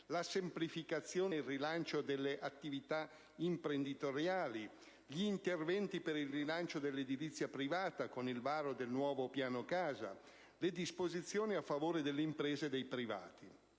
la semplificazione e il rilancio delle attività imprenditoriali; interventi per il rilancio dell'edilizia privata, con il varo del nuovo piano casa; disposizioni a favore delle imprese e dei privati;